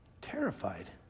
Terrified